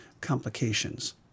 complications